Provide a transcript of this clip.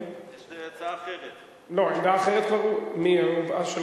יש הצעה אחרת למסעוד גנאים.